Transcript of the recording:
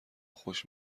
خوش